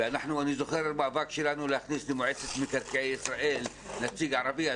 ואני זוכר את המאבק שלנו להכניס למועצת מקרקעי ישראל נציג ערבי,